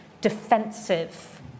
defensive